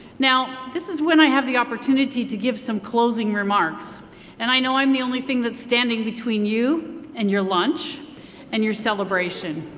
now, this is when i have the opportunity to give some closing remarks and i know i'm the only thing that standing between you and your lunch and your celebration.